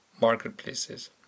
marketplaces